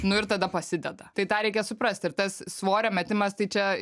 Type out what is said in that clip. nu ir tada pasideda tai tą reikia suprast ir tas svorio metimas tai čia